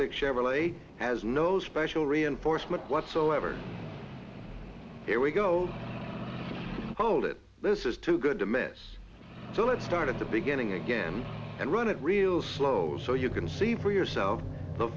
six chevrolet has no special reinforcement whatsoever there we go hold it this is too good to miss so let's start at the beginning again and run it real slow so you can see for yourself the